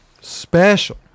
special